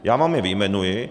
Já vám je vyjmenuji.